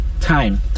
Time